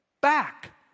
back